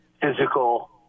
physical